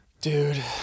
dude